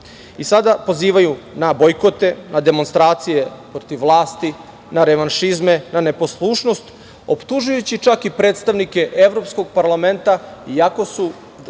i sada pozivaju na bojkote, demonstracije protiv vlasti, na revanšizme, na neposlušnost, optužujući čak i predstavnike Evropskog parlamenta, iako su,